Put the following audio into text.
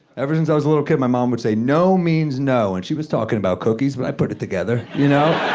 ever since i was a little kid, my mom would say, no means no, and she was talking about cookies, but i put it together, you know?